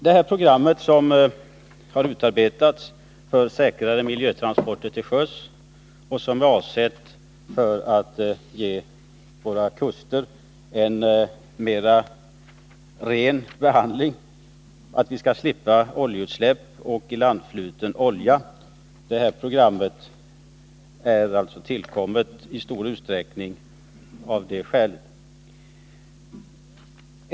Det program som har utarbetats för miljösäkrare transporter till sjöss och som är avsett att ge våra kuster en mera ren behandling, för att vi skall kunna slippa oljeutsläpp och ilandfluten olja, är alltså i stor utsträckning tillkommet av det skälet.